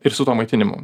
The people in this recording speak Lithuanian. ir su tuo maitinimu